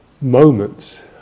moments